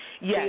Yes